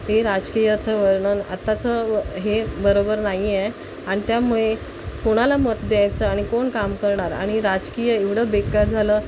हे राजकीयाचं वर्णन आत्ताचं हे बरोबर नाही आहे आणि त्यामुळे कोणाला मत द्यायचं आणि कोण काम करणार आणि राजकीय एवढं बेकार झालं